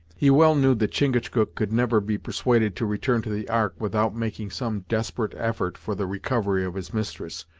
he well knew that chingachgook could never be persuaded to return to the ark without making some desperate effort for the recovery of his mistress,